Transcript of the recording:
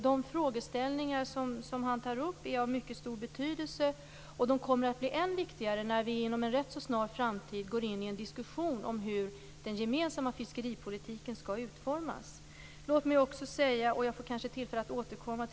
De frågeställningar han tar upp är av stor betydelse, och de kommer att bli än viktigare när vi inom en snar framtid går in i en diskussion om hur den gemensamma fiskeripolitiken skall utformas.